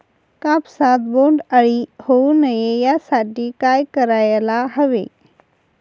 कापसात बोंडअळी होऊ नये यासाठी काय करायला हवे?